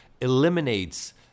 eliminates